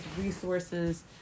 resources